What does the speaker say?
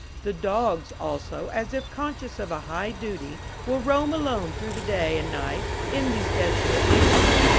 the dogs, also, as if conscious of a high duty, will roam alone through the day and night in these desolate regions,